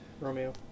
Romeo